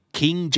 king